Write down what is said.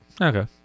Okay